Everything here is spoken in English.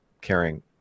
caring